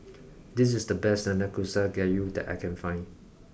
this is the best Nanakusa gayu that I can find